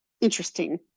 interesting